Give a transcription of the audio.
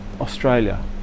Australia